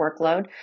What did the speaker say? workload